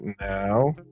now